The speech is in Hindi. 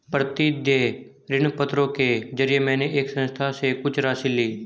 प्रतिदेय ऋणपत्रों के जरिये मैंने एक संस्था से कुछ राशि ली